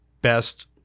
best